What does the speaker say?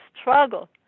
struggle